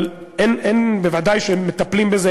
אבל ודאי שמטפלים בזה.